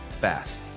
fast